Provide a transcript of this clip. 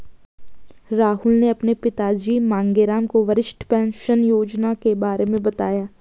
राहुल ने अपने पिताजी मांगेराम को वरिष्ठ पेंशन योजना के बारे में बताया